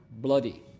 Bloody